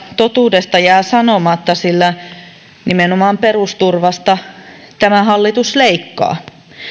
totuudesta jäi sanomatta sillä nimenomaan perusturvasta tämä hallitus leikkaa